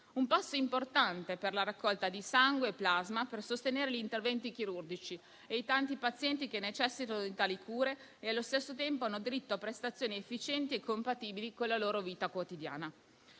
un passo importante per la raccolta di sangue e plasma per sostenere gli interventi chirurgici e i tanti pazienti che necessitano di tali cure e che, allo stesso tempo, hanno diritto a prestazioni efficienti e compatibili con la loro vita quotidiana.